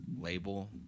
label